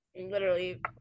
Literally-